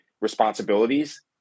responsibilities